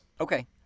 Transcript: Okay